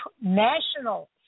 National